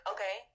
Okay